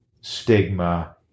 stigma